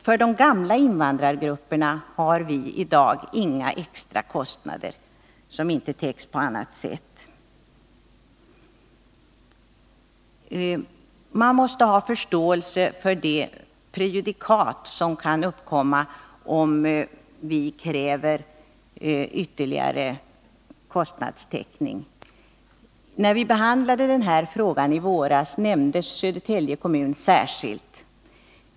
För de gamla invandrargrupperna har vi i dag inga extra kostnader som inte täcks på annat sätt. Man måste ha förståelse för det prejudikat som kan uppkomma om vi kräver ytterligare kostnadstäckning. När vi behandlade denna fråga i våras nämndes Södertälje kommun särskilt.